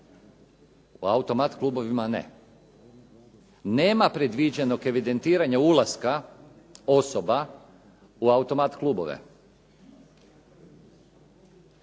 u automat klubovima ne. Nema predviđenog evidentiranja ulaska osoba u automat klubove.